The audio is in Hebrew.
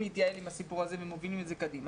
להתייעל עם הסיפור הזה ומובילים את זה קדימה.